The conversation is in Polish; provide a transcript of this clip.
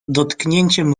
dotknięciem